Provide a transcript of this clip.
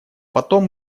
потом